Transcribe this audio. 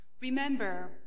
Remember